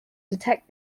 detect